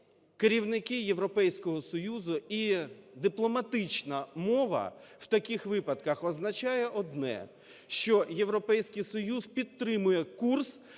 керівники Європейського Союзу. І дипломатична мова в таких випадках означає одне: що Європейський Союз підтримує курс,